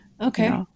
Okay